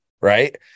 Right